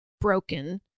broken